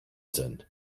sind